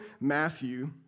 Matthew